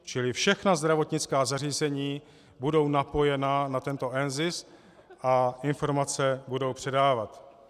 Čili všechna zdravotnická zařízení budou napojena na tento NZIS a informace budou předávat.